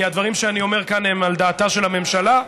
כי הדברים שאני אומר כאן הם על דעתה של הממשלה,